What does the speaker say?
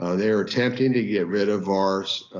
ah they are attempting to get rid of our